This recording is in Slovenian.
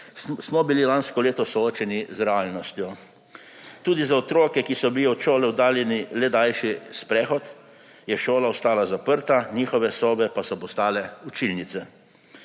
smo bili lansko leto soočeni z realnostjo. Tudi za otroke, ki so bili od šole oddaljeni le daljši sprehod, je šola ostala zaprta, njihove sobe pa so postale učilnice.